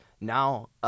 now